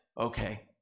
okay